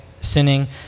sinning